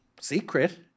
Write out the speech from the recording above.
secret